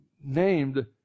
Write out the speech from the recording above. named